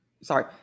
Sorry